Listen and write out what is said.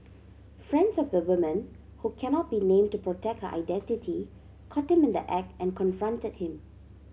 friends of the woman who cannot be name to protect her identity caught him in the act and confronted him